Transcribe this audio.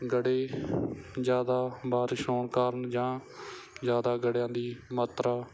ਗੜ੍ਹੇ ਜ਼ਿਆਦਾ ਬਾਰਿਸ਼ ਹੋਣ ਕਾਰਨ ਜਾਂ ਜ਼ਿਆਦਾ ਗੜ੍ਹਿਆਂ ਦੀ ਮਾਤਰਾ